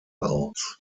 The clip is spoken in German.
aus